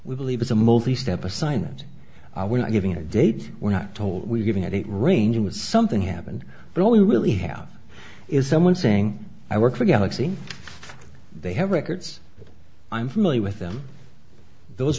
we believe it's a multi step assignment we're not giving a date we're not told we're giving i think ranging was something happened but all we really have is someone saying i work for galaxy they have records i'm familiar with them those